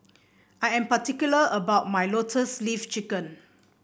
I am particular about my Lotus Leaf Chicken